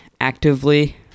actively